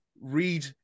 Read